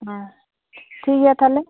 ᱴᱷᱤᱠ ᱜᱮᱭᱟ ᱛᱟᱦᱚᱞᱮ